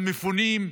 למפונים,